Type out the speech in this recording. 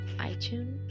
iTunes